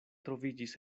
troviĝis